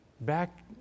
back